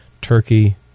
turkey